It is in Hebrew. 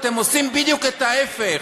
אתם עושים בדיוק את ההפך.